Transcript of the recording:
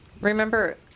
Remember